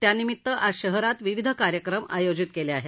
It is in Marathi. त्यानिमित आज शहरात विविध कार्यक्रम आयोजित केले आहेत